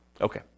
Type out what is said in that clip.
Okay